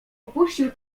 opuścił